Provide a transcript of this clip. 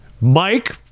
Mike